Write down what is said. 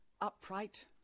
upright